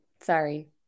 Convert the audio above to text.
Sorry